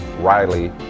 Riley